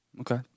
Okay